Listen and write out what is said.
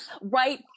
Right